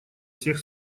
всех